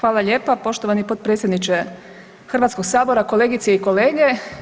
Hvala lijepo poštovani potpredsjedniče Hrvatskog sabora, kolegice i kolege.